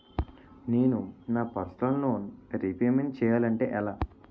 నేను నా personal loan repayment చేయాలంటే ఎలా?